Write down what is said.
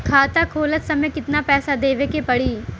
खाता खोलत समय कितना पैसा देवे के पड़ी?